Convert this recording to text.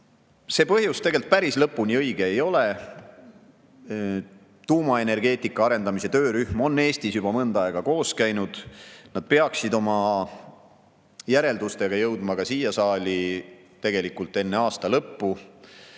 põhjus tegelikult päris lõpuni õige ei ole. Tuumaenergeetika arendamise töörühm on Eestis juba mõnda aega koos käinud. Nad peaksid oma järeldustega jõudma ka siia saali enne aasta lõppu.